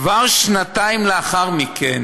כבר שנתיים לאחר מכן